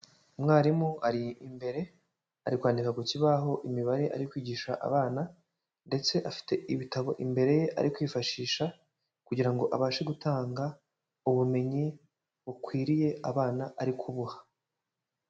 Umwarimu ari imbere arikwandika ku kibaho imibare ari kwigisha abana ndetse afite ibitabo imbere ye ari kwifashisha kugira ngo abashe gutanga ubumenyi bukwiriye abana ari kubuha.